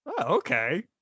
okay